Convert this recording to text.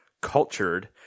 cultured